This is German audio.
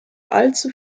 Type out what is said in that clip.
allzu